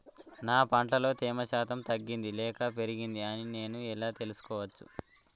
నా పంట లో తేమ శాతం తగ్గింది లేక పెరిగింది అని నేను ఎలా తెలుసుకోవచ్చు?